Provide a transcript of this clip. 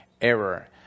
error